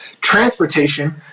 Transportation